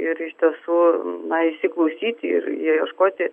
ir iš tiesų na įsiklausyti ir ieškoti